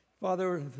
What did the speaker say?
Father